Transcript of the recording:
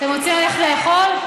אתם רוצים ללכת לאכול?